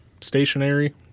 stationary